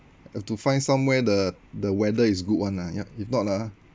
have to find somewhere the the weather is good [one] lah ya if not ah